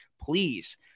please